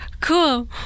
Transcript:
Cool